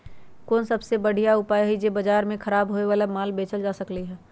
कोन सबसे बढ़िया उपाय हई जे से बाजार में खराब होये वाला माल बेचल जा सकली ह?